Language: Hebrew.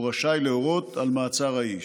הוא רשאי להורות על מעצר האיש.